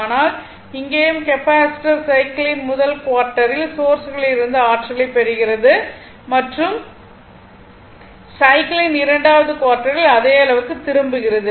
ஆனால் இங்கேயும் கெப்பாசிட்டர் சைக்கிளின் முதல் குவார்ட்டரில் சோர்ஸிலிருந்து ஆற்றலைப் பெறுகிறது மற்றும் சைக்கிளின் இரண்டாவது குவார்ட்டரில் அதே அளவுக்கு திரும்புகிறது